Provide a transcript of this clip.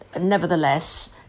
nevertheless